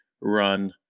run